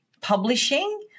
publishing